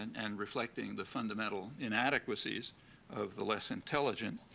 and and reflecting the fundamental inadequacies of the less intelligent,